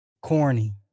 corny